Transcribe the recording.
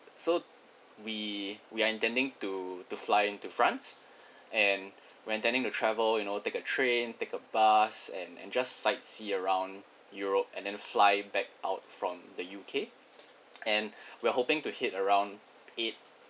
so we we are intending to to fly into france and we're intending to travel you know take a train take a bus and and just sight see around europe and then fly back out from the U_K and we're hoping to head around eight